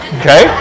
okay